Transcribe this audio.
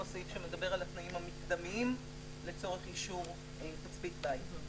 הסעיף שמתאר את התנאים המקדמיים לצורך אישור תצפית בית.